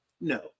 No